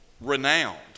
renowned